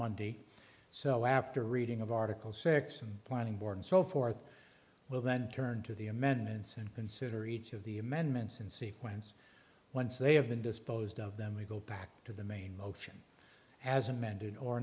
monday so after reading of article six and planning board and so forth will then turn to the amendments and consider each of the amendments in sequence once they have been disposed of them we go back to the main motion as amended or